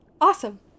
awesome